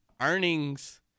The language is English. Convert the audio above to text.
earnings